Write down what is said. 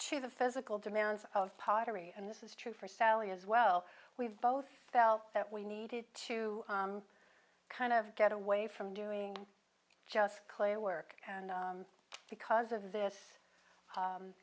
choose the physical demands of pottery and this is true for sally as well we've both felt that we needed to kind of get away from doing just clay work and because of this